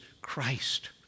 Christ